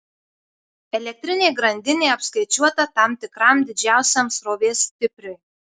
elektrinė grandinė apskaičiuota tam tikram didžiausiam srovės stipriui